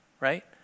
right